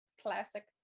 Classic